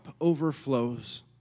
overflows